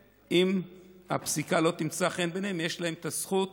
ואם הפסיקה לא תמצא חן בעיניהם, יש להם את הזכות